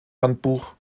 handbuch